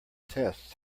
tests